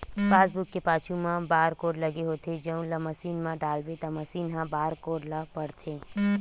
passbook के पाछू म बारकोड लगे होथे जउन ल मसीन म डालबे त मसीन ह बारकोड ल पड़थे